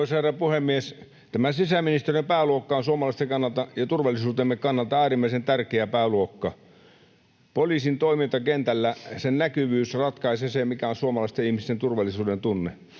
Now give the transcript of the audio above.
Arvoisa puhemies! Tämä sisäministeriön pääluokka on suomalaisten kannalta ja turvallisuutemme kannalta äärimmäisen tärkeä pääluokka. Poliisin toiminnan näkyvyys kentällä ratkaisee, mikä on suomalaisten ihmisten turvallisuudentunne.